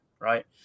right